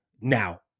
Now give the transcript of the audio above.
now